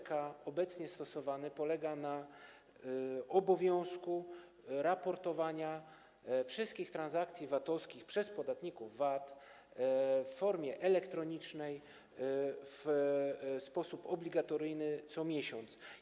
JPK obecnie stosowany polega na obowiązku raportowania wszystkich transakcji VAT-owskich przez podatników VAT w formie elektronicznej, w sposób obligatoryjny, co miesiąc.